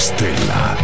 Stella